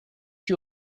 you